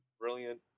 brilliant